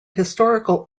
historical